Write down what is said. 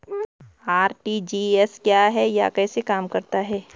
RTGS क्या है यह कैसे काम करता है?